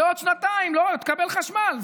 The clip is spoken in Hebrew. ועוד שנתיים תקבל חשמל.